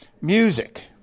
music